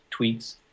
tweets